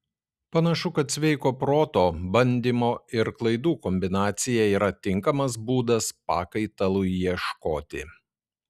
panašu kad sveiko proto bandymo ir klaidų kombinacija yra tinkamas būdas pakaitalui ieškoti